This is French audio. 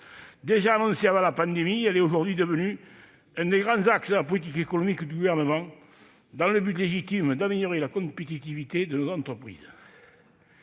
Déjà annoncée avant la pandémie, elle est aujourd'hui devenue l'un des grands axes de la politique économique du Gouvernement, dans le but légitime d'améliorer la compétitivité de nos entreprises.